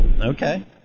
Okay